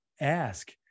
Ask